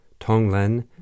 Tonglen